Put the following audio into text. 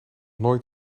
nooit